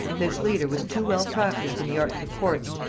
this leader was too well practised in the arts of courts,